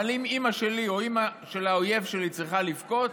אבל אם אימא שלי או אימא של האויב שלי צריכה לבכות,